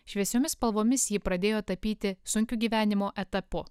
šviesiomis spalvomis ji pradėjo tapyti sunkiu gyvenimo etapu